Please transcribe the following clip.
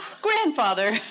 grandfather